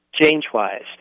change-wise